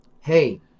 hey